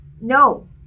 No